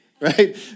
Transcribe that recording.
right